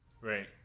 Right